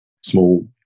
small